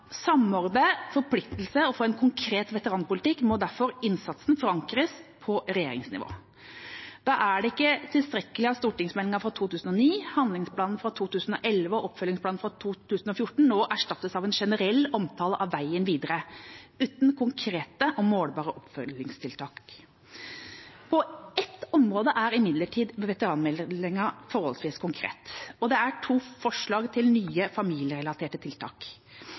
samordne forpliktelser og få en konkret veteranpolitikk må derfor innsatsen forankres på regjeringsnivå. Da er det ikke tilstrekkelig at stortingsmeldinga for 2009, handlingsplanen for 2011 og oppfølgingsplanen for 2014 nå erstattes av en generell omtale av veien videre uten konkrete og målbare oppfølgingstiltak. På ett område er imidlertid veteranmeldinga forholdsvis konkret, og det er to forslag til nye familierelaterte tiltak.